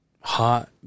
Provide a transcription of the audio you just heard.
hot